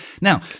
Now